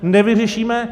Nevyřešíme!